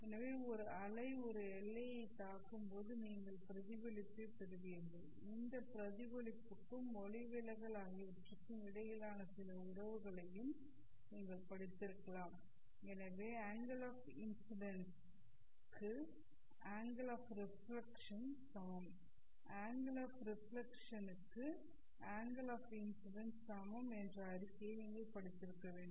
எனவே ஒரு அலை ஒரு எல்லையைத் தாக்கும் போது நீங்கள் பிரதிபலிப்பைப் பெறுவீர்கள் இந்த பிரதிபலிப்புக்கும் ஒளிவிலகல் ஆகியவற்றுக்கும் இடையிலான சில உறவுகளையும் நீங்கள் படித்திருக்கலாம் எனவே அங்கெல் ஆஃ இன்ஸிடென்ஸ் க்கு அங்கெல் ஆஃ ரெஃப்ளெக்ஷன் சமம் அல்லது அங்கெல் ஆஃ ரெஃப்ளெக்ஷன் க்கு அங்கெல் ஆஃ இன்ஸிடென்ஸ் சமம் என்ற அறிக்கையை நீங்கள் படித்திருக்க வேண்டும்